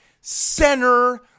center